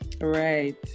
Right